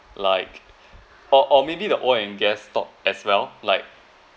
like or maybe the oil and gas stocks as well like